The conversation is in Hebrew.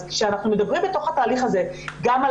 כשאנחנו מדברים בתוך התהליך הזה גם על